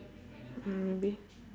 mm maybe